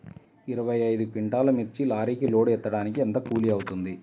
ఇరవై ఐదు క్వింటాల్లు మిర్చి లారీకి లోడ్ ఎత్తడానికి ఎంత కూలి అవుతుంది?